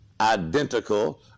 identical